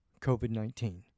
COVID-19